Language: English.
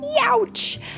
Ouch